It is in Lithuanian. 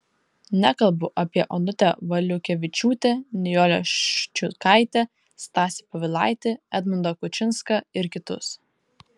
nekalbu apie onutę valiukevičiūtę nijolę ščiukaitę stasį povilaitį edmundą kučinską ir kitus